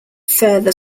further